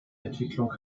entwicklung